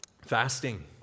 Fasting